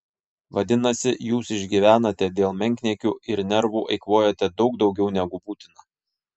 vadinasi jūs išgyvenate dėl menkniekių ir nervų eikvojate daug daugiau negu būtina